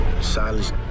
Silence